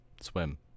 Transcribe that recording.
Swim